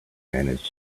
manage